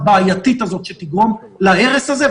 הבעייתית הזאת שתגרום להרס הזה,